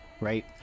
right